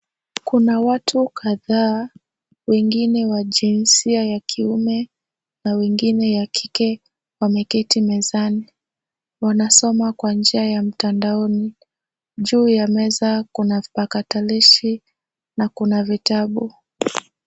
Kuna watu kadhaa wengine wa jinsia ya kiume na wengine ya kike wameketi mezani. Wanasoma kwa njia ya mtandaoni. Juu ya meza kuna vipakatalishi na kuna vitabu.